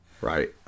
right